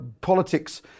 politics